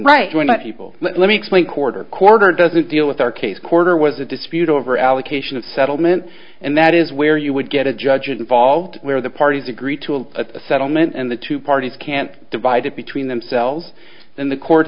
people let me explain quarter quarter doesn't deal with our case quarter was a dispute over allocation of settlement and that is where you would get a judge involved where the parties agree to a settlement and the two parties can't divide it between themselves then the court